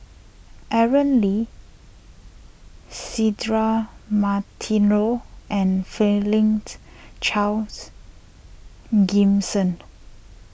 Aaron Lee Cedric Monteiro and Franklin's Charles Gimson